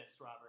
Robert